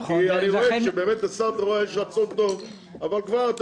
אני רואה שבאמת לשר יש רצון טוב אבל כבר אתה